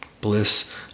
bliss